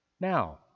Now